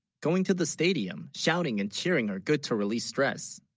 going to the stadium shouting and cheering are good to release stress